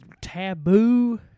taboo